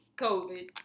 COVID